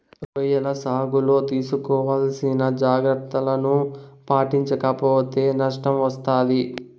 రొయ్యల సాగులో తీసుకోవాల్సిన జాగ్రత్తలను పాటించక పోతే నష్టం వస్తాది